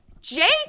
Jake